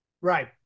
Right